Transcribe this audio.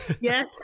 Yes